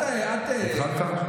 התחלת?